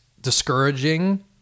discouraging